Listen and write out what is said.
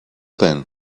then